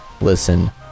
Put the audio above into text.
listen